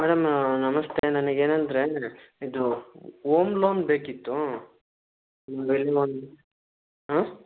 madam ನಮಸ್ತೆ ನನಗ್ ಏನೂಂದ್ರೆ ಇದು ಓಮ್ ಲೋನ್ ಬೇಕಿತ್ತು ಹಾಂ